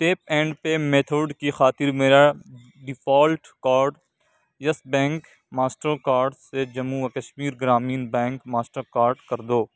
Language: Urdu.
ٹیپ اینڈ پے میتھوڈ کی خاطر میرا default card Yes bank master card سے جموں و Kashmir Gramin bank master card کر دو